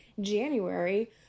January